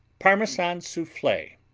parmesan souffle